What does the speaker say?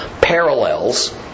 parallels